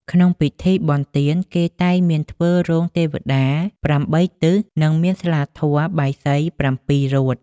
ក្នុងពិធីបុណ្យទាន គេតែមានធ្វើរោងទេវតា ៨ ទិស និងមានស្លាធម៌ បាយសី ៧ រួត។